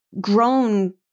grown